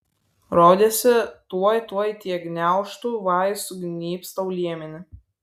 rodėsi tuoj tuoj tie gniaužtu vai sugnybs tau liemenį